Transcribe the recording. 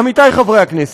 עמיתיי חברי הכנסת,